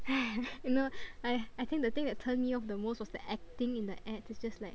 you know I I think the thing that turned me off the most was the acting in the ad it's just like